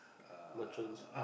merchants